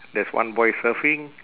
there's one boy surfing